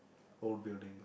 old buildings